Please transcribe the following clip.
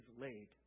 laid